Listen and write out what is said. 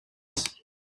boss